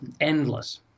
endless